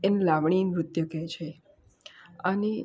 એમ લાવણી નૃત્ય કહે છે અને